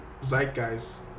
zeitgeist